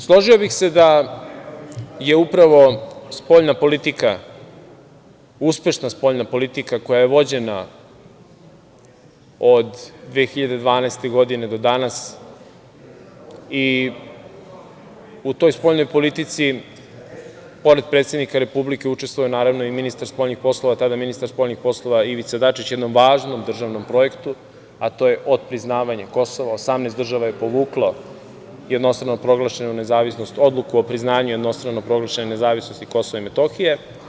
Složio bih se da je upravo spoljna politika, uspešna spoljna politika koja je vođena od 2012. godine do danas i u toj spoljnoj politici pored predsednika Republike učestvuje naravno i ministar spoljnih poslova, tada ministar spoljnih poslova Ivica Dačić, jednom važnom državnom projektu, a to je otpriznavanje Kosova, 18 država je povuklo odluku o priznanju jednostrano proglašene nezavisnosti Kosova i Metohije.